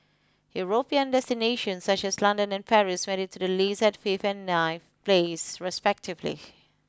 European destinations such as London and Paris made it to the list at fifth and ninth place respectively